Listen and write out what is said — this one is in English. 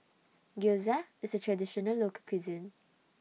Gyoza IS A Traditional Local Cuisine